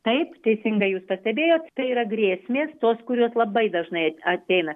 taip teisingai jūs pastebėjot tai yra grėsmės tos kurios labai dažnai ateina